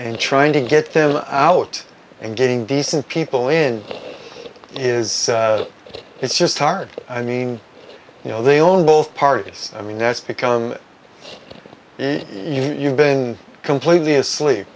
and trying to get them out and getting decent people in is it's just hard i mean you know they own both parties i mean that's become in you've been completely asleep